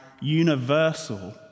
universal